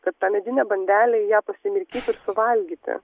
kad tą medinę bandelę į ją pasimirkyt ir suvalgyti